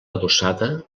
adossada